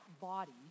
body